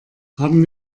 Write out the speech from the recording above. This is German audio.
haben